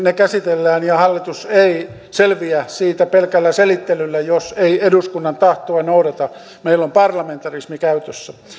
ne käsitellään ja hallitus ei selviä siitä pelkällä selittelyllä jos ei eduskunnan tahtoa noudata meillä on parlamentarismi käytössä